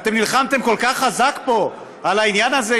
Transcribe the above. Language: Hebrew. אתם נלחמתם כל כך חזק פה על העניין הזה,